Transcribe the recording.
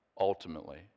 Ultimately